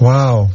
Wow